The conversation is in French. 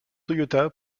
toyota